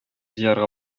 җыярга